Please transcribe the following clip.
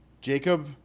Jacob